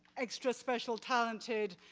extra special, talented,